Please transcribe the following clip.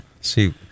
See